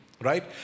Right